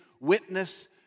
witness